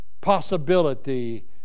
possibility